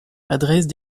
adresse